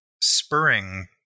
spurring